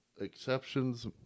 exceptions